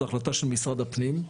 זו החלטה של משרד הפנים,